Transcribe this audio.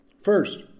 First